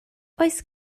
oes